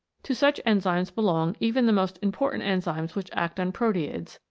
to such enzymes belong even the most important enzymes which act on proteids,